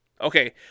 Okay